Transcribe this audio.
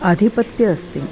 आधिपत्यम् अस्ति